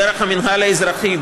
דרך המינהל האזרחי,